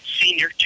senior